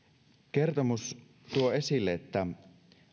kertomus tuo esille että